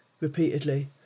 repeatedly